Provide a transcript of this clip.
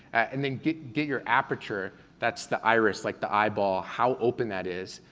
and then get get your aperture, that's the iris, like the eyeball, how open that is,